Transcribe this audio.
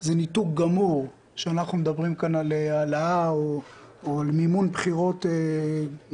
זה ניתוק גמור כשאנחנו מדברים כאן על העלאה או על מימון בחירות גבוה.